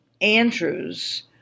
Andrews